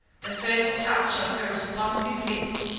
the first touch of her responsive lips,